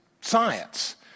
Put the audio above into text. science